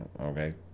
Okay